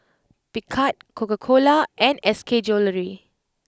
Picard Coca Cola and S K Jewellery